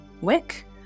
wick